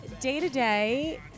day-to-day